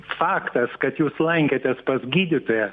faktas kad jūs lankėtės pas gydytoją